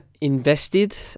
invested